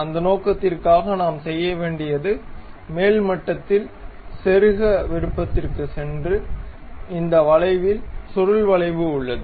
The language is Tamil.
அந்த நோக்கத்திற்காக நாம் செய்ய வேண்டியது மேல் மட்டத்தில் செருக விருப்பத்திற்க்கு சென்று அந்த வளைவில் சுருள் வளைவு உள்ளது